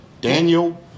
Daniel